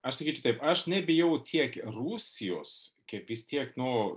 aš sakysiu taip aš nebijau tiek rusijos kaip vis tiek nu